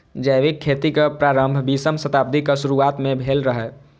जैविक खेतीक प्रारंभ बीसम शताब्दीक शुरुआत मे भेल रहै